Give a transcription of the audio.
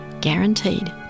Guaranteed